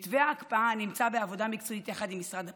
מתווה ההקפאה נמצא בעבודה מקצועית יחד עם משרד הפנים.